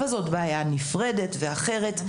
אבל זאת בעיה נפרדת ואחרת.